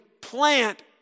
plant